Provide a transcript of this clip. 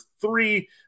three